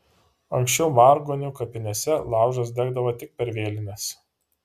anksčiau margionių kapinėse laužas degdavo tik per vėlines